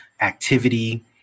activity